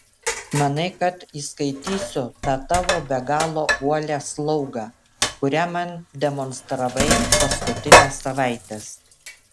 manai kad įskaitysiu tą tavo be galo uolią slaugą kurią man demonstravai paskutines savaites